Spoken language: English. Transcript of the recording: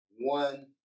one